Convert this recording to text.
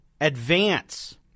advance